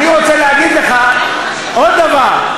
אני רוצה להגיד לך עוד דבר: